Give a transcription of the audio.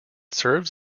serves